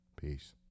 Peace